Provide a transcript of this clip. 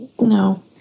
No